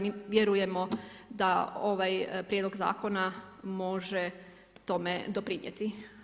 Mi vjerujemo da ovaj prijedlog zakona može tome doprinijeti.